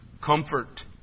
comfort